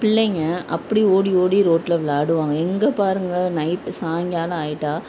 பிள்ளைங்கள் அப்படி ஓடி ஓடி ரோட்டில விளாயாடுவாங்க எங்கே பாருங்கள் நைட்டு சாய்ங்காலம் ஆயிட்டால்